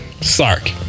Sark